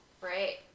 right